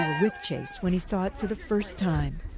ah with chase when he saw it for the first time.